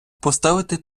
поставити